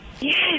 yes